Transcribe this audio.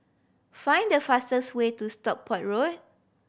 find the fastest way to Stockport Road